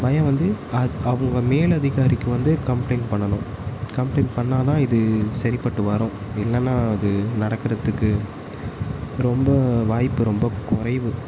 பயம் வந்து அது அவங்க மேல் அதிகாரிக்கு வந்து கம்ப்ளைண்ட் பண்ணணும் கம்ப்ளைண்ட் பண்ணால்தான் இது சரிப்பட்டு வரும் இல்லைன்னா அது நடக்கிறதுக்கு ரொம்ப வாய்ப்பு ரொம்ப குறைவு